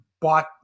bought